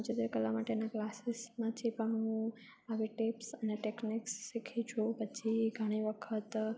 ચિત્રકલા માટેના ક્લાસીસ પછી પણ હું આવી ટિપ્સ અને ટેક્નિક્સ શીખી છું પછી ઘણી વખત